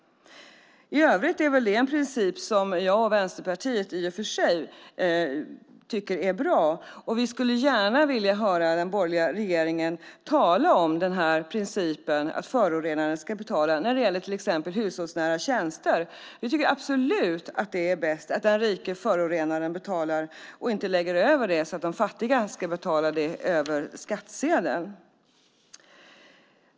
I övrigt är det en princip som jag och Vänsterpartiet i och för sig tycker är bra. Vi skulle gärna vilja höra den borgerliga regeringen tala om principen att förorenaren ska betala när det gäller till exempel hushållsnära tjänster. Vi tycker absolut att det är bäst att den rike förorenaren betalar och inte lägger över det så att de fattiga ska betala det över skattsedeln.